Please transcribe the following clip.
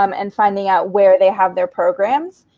um and finding out where they have their programs.